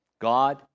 God